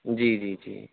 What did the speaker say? جی جی جی